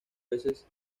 veces